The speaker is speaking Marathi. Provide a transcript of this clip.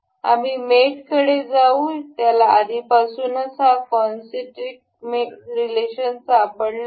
आम्ही मेटकडे जाऊ त्याला आधीपासूनच हा काँसीइंट्रिक् रिलेशन सापडला आहे